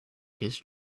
his